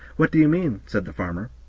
what do you mean? said the farmer.